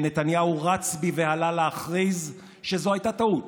ונתניהו רץ בבהלה להכריז שזו הייתה טעות,